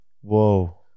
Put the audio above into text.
Whoa